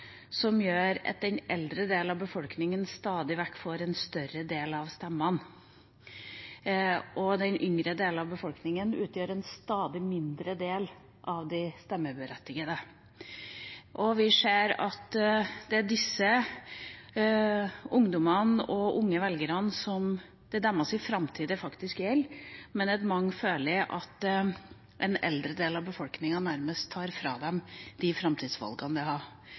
som gjør at den eldre del av befolkningen stadig vekk får en større del av stemmene, og den yngre del av befolkningen utgjør en stadig mindre del av de stemmeberettigede. Vi ser at det er framtida til disse ungdommene og unge velgerne det faktisk gjelder, men at mange føler at en eldre del av befolkningen nærmest tar fra dem de framtidsvalgene de har.